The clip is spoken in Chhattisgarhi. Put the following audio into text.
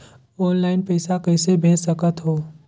ऑनलाइन पइसा कइसे भेज सकत हो?